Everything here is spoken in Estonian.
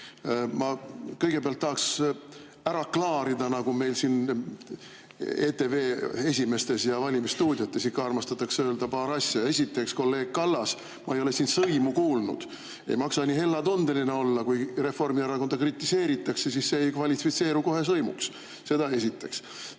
Ma kõigepealt tahan, nagu meil siin ETV esimestes ja valimisstuudiotes ikka armastatakse öelda, ära klaarida paar asja. Esiteks, kolleeg Kallas, ma ei ole siin sõimu kuulnud. Ei maksa nii hellatundeline olla. Kui Reformierakonda kritiseeritakse, siis see ei kvalifitseeru kohe sõimuks. Seda esiteks.